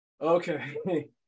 okay